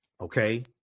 Okay